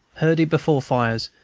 herded before fires,